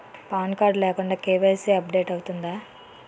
Pan card లేకుండా KYC update అవుతుందా?